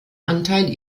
anteil